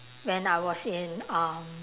when I was in um